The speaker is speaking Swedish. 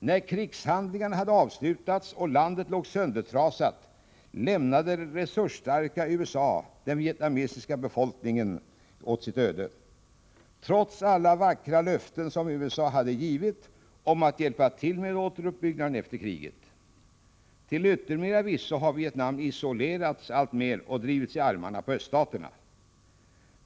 När krigshandlingarna hade avslutats och landet låg söndertrasat lämnade det resursstarka USA den vietnamesiska befolkningen åt dess öde, trots alla vackra löften som USA hade givit om att hjälpa till med återuppbyggnaden efter kriget. Till yttermera visso har Vietnam isolerats alltmer och drivits i armarna på öststaterna.